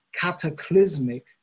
cataclysmic